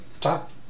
top